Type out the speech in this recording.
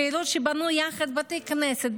קהילות שבנו יחד בתי כנסת,